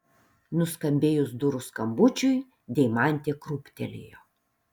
nuskambėjus durų skambučiui deimantė krūptelėjo